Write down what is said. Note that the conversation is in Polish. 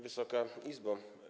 Wysoka Izbo!